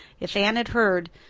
if anne had heard,